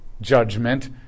judgment